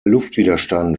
luftwiderstand